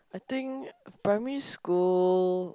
I think primary school